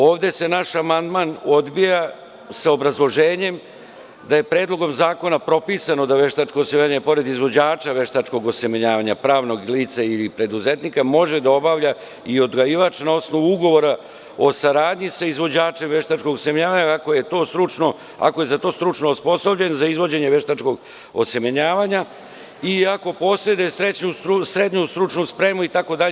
Ovde se naš amandman odbija sa obrazloženjem da je Predlogom zakona propisano da veštačko osemenjavanje pored izvođača veštačkog osemenjavanja pravnog lica ili preduzetnika može da obavlja i odgajivač na osnovu ugovora o saradnji sa izvođačem veštačkog osemenjavanja, ako je za to stručno osposobljen, za izvođenje veštačkog osemenjavanja i ako poseduje srednju stručnu spremu itd.